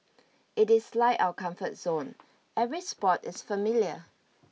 it is like our comfort zone every spot is familiar